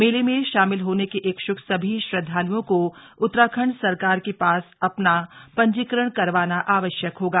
मेले में शामिल होने के इच्छ्क सभी श्रद्वाल्ओं को उत्तराखंड सरकार के पास अपना पंजीकरण करवाना आवश्यक होगा